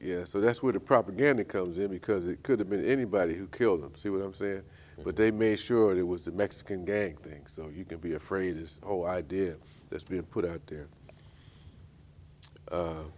gangs so that's where the propaganda comes in because it could have been anybody who killed them see what i'm saying but they made sure it was the mexican gang think so you can be afraid this whole idea that's been put out there